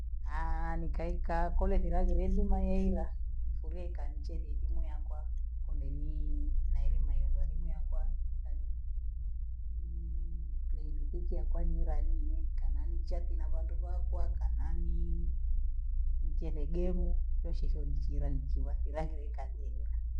Nikaeka kule dhira gurezumaiya, nifuriye nkachehe isimu yako, kule ni naelimwa mwaimbwa limu yako pesani nii pleyimpicha kwanilanyi mi kananichapi navandu vakwa, kananii ncheze gemu, shoshe hisho ni chila ni kibasi layeilika sijaiona.